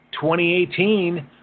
2018